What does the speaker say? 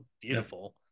beautiful